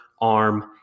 arm